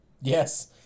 Yes